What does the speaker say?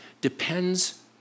depends